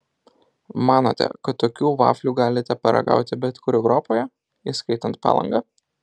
manote kad tokių vaflių galite paragauti bet kur europoje įskaitant palangą